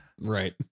Right